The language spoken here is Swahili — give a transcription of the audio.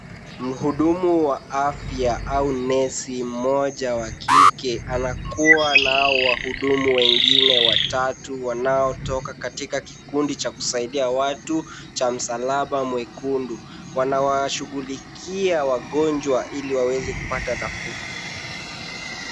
Mhudumu wa afya au nesi mmoja wa kike, anakuwa nao wahudumu wengine watatu wanaotoka katika kikundi cha kusaidia watu cha msalaba mwekundu. Wanawashughulikia wagonjwa ili waweze kupata nafuu.